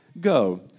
Go